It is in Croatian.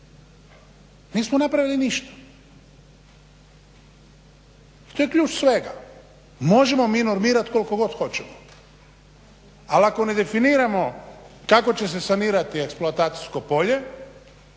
nismo napravili ništa. I to je ključ svega. Možemo mi normirat koliko god hoćemo, ali ako ne definiramo kako će se sanirati eksploatacijsko polje